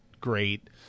great